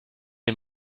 les